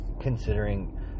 considering